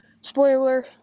Spoiler